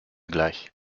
gleich